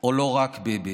או לא "רק ביבי".